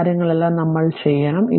ഈ കാര്യങ്ങളെല്ലാം നമ്മൾ ചെയ്യണം